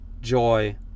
joy